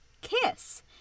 kiss